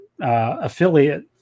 affiliate